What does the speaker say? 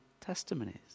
testimonies